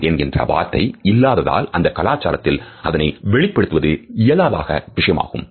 சோகம் என்கின்ற வார்த்தை இல்லாததால் அந்த கலாச்சாரத்தில் அதனை வெளிப்படுத்துவது இயலாத விஷயமாகும்